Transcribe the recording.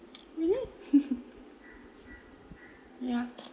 really yeah